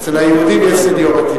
אצל היהודים יש seniority.